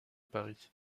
paris